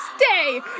stay